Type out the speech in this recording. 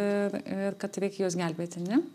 ir ir kad reikia juos gelbėti ne